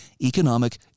economic